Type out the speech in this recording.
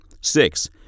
Six